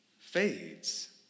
fades